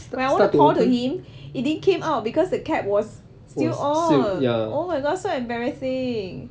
when I want to pour to him it didn't came out because the cap was still on oh my god so embarrassing